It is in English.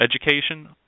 education